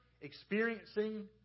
experiencing